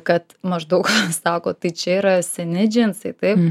kad maždaug sako tai čia yra seni džinsai taip